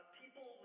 people